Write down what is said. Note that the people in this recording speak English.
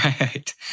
Right